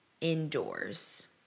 indoors